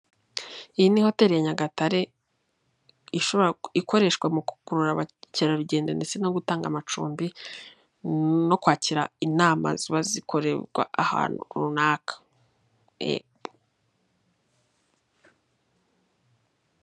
Iyi ni hotel ya Nyagatare ikoreshwa mu gukurura abakerarugendo ndetse no gutanga amacumbi, no kwakira inama ziba zikorerwa ahantu runaka.